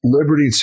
Liberty